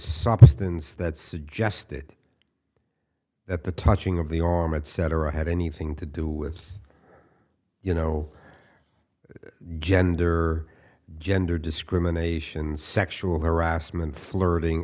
substance that suggested that the touching of the arm etc had anything to do with you know gender gender discrimination sexual harassment flirting